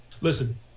Listen